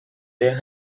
their